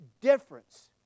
difference